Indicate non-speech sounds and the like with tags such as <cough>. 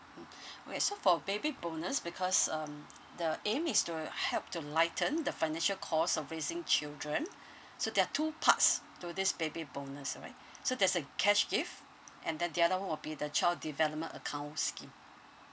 mm <breath> okay so for baby bonus because um the aim is to help to lighten the financial cost of raising children so there are two parts to this baby bonus alright so there's a cash gift and then the other one will be the child development account scheme